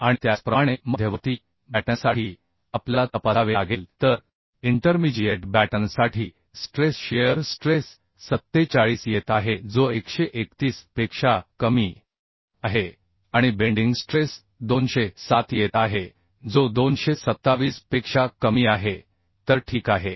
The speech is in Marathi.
आणि त्याचप्रमाणे मध्यवर्ती बॅटनसाठी आपल्याला तपासावे लागेल तर इंटरमिजिएट बॅटनसाठी स्ट्रेस शीअर स्ट्रेस 47 येत आहे जो 131 पेक्षा कमी आहे आणि बेंडिंग स्ट्रेस 207 येत आहे जो 227 पेक्षा कमी आहे तर ठीक आहे